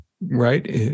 right